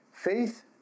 Faith